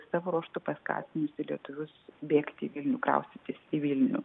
savo ruožtu paskatinusi lietuvius bėgti į vilnių kraustytis į vilnių